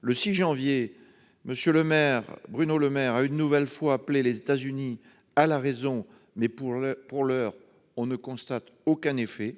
Le 6 janvier dernier, M. Bruno Le Maire a une nouvelle fois appelé les États-Unis à la raison. Toutefois, pour l'heure, on ne constate aucun effet.